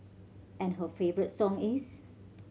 and her favourite song is